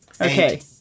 Okay